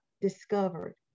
discovered